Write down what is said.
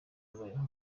zabayeho